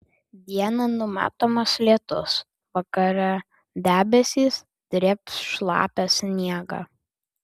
dieną numatomas lietus vakare debesys drėbs šlapią sniegą